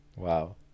Wow